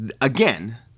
Again